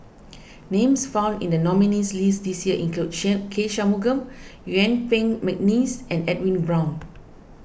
names found in the nominees' list this year include K Shanmugam Yuen Peng McNeice and Edwin Brown